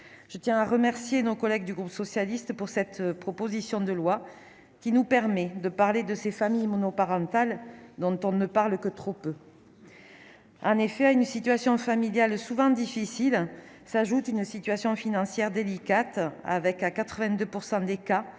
je tiens à remercier nos collègues du groupe socialiste pour cette proposition de loi qui nous permet de parler de ces familles monoparentales dont on ne parle que trop peu en effet à une situation familiale, souvent difficile s'ajoute une situation financière délicate avec à 82 % des cas